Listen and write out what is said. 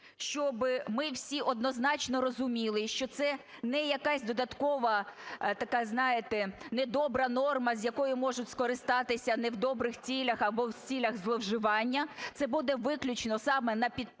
щоб ми всі однозначно розуміли, що це не якась додаткова така, знаєте, недобра норма, з якої можуть скористатися в недобрих цілях або в цілях зловживання. Це буде виключно саме направлена